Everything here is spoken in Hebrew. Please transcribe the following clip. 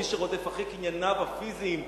מי שרודף אחר קנייניו הפיזיים החומריים,